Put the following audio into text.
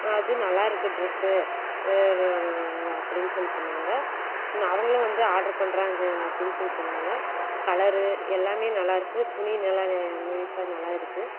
அது நல்லாயிருக்கு ட்ரெஸ்ஸு அப்படின்னு சொல்லி சொன்னாங்க என்ன அவங்களும் வந்து ஆர்டர் பண்ணுறாங்க அப்டின்னு சொல்லி சொன்னாங்க கலரு எல்லாம் நல்லாயிருக்குது துணி நல்லா நை நைஸ்ஸாக நல்லாயிருக்குது